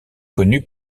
connue